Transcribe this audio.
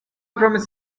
promised